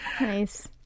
Nice